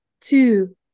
two